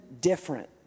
different